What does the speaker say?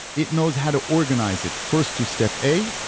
it knows how to organize it, first to step a.